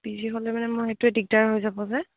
P G হ'লে মানে মই সেইটোৱে দিগদাৰ হৈ যাব যে